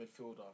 midfielder